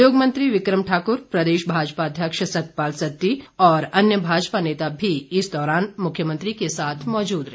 उद्योग मंत्री विक्रम ठाकुर प्रदेश भाजपा अध्यक्ष सतपाल सत्ती और अन्य भाजपा नेता भी इस दौरान मुख्यमंत्री के साथ मौजूद रहे